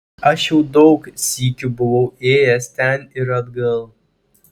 aš jau daug sykių buvau ėjęs ten ir atgal